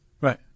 Right